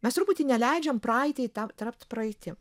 mes truputį neleidžiam praeitiai ta tapt praeitim